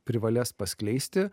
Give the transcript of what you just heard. privalės paskleisti